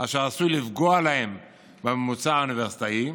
אשר עשוי לפגוע להם בממוצע האוניברסיטאי,